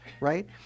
right